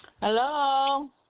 Hello